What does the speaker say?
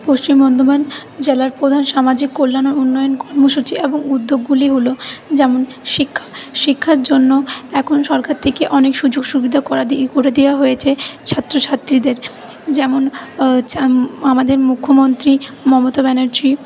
পশ্চিম বর্ধমান জেলার প্রধান সামাজিক কল্যাণের উন্নয়ন কর্মসূচি এবং উদ্যোগগুলি হল যেমন শিক্ষা শিক্ষার জন্য এখন সরকার থেকে অনেক সুযোগ সুবিধা করে দে করে দেওয়া হয়েছে ছাত্রছাত্রীদের যেমন আমাদের মুখ্যমন্ত্রী মমতা ব্যানার্জী